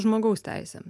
žmogaus teisėm